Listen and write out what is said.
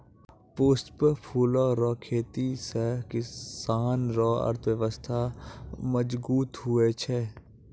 पुष्प फूलो रो खेती से किसान रो अर्थव्यबस्था मजगुत हुवै छै